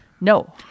No